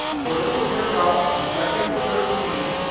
so this will bring up a second and thirteen.